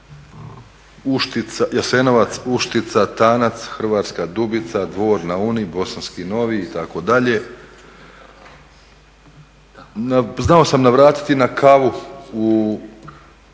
Novska, Jasenovac, Uštica, Tanac, Hrvatska Dubica, Dvor na Uni, Bosanski Novi itd. znao sam navratiti na kavu u